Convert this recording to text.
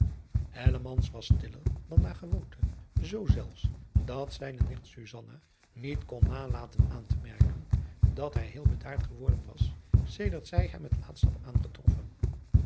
was stiller dan naar gewoonte zoo zelfs dat zijne nicht susanna niet kon nalaten aantemerken dat hij heel bedaard geworden was sedert zij hem het laatst had aangetroffen